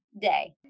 day